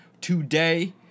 Today